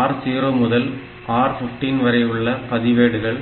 R 0 முதல் R 15 வரையுள்ள பதிவேடுகள்